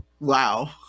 Wow